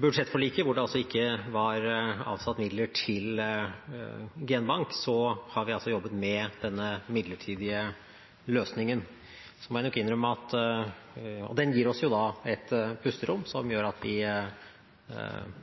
budsjettforliket, hvor det ikke var avsatt midler til genbank, har vi jobbet med denne midlertidige løsningen. Den gir oss et pusterom som gjør at vi